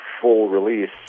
full-release